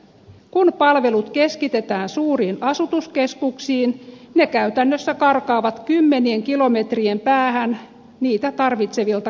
kun palvelut keskitetään suuriin asutuskeskuksiin ne käytännössä karkaavat kymmenien kilometrien päähän niitä tarvitsevilta kansalaisilta